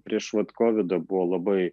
prieš vat kovidą buvo labai